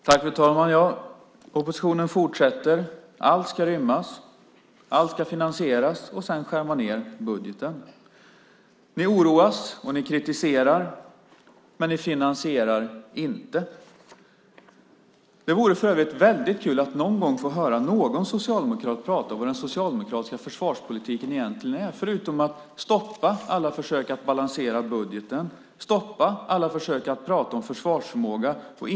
Fru talman! Oppositionen fortsätter: Allt ska rymmas. Allt ska finansieras, och sedan skär man ned budgeten. Ni oroas, och ni kritiserar, men ni finansierar inte. Det vore för övrigt väldigt kul att någon gång få höra någon socialdemokrat prata om vad den socialdemokratiska försvarspolitiken egentligen är - förutom att stoppa alla försök att balansera budgeten och att stoppa alla försök att prata om försvarsförmåga.